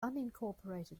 unincorporated